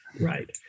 right